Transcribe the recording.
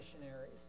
missionaries